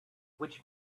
which